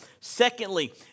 Secondly